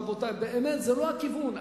רבותי, באמת זה לא הכיוון.